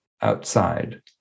outside